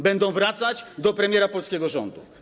Będą wracać do premiera polskiego rządu.